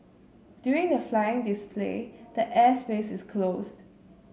during the flying display the air space is closed